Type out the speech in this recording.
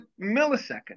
millisecond